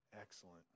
Excellent